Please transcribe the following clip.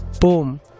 Boom